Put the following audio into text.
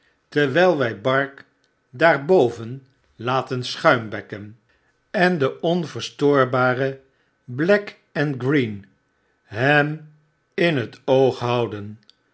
terwyl wy bark daar boven laten schuimbekken en de onverstoorbare black en green hem in het oog houden